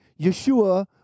Yeshua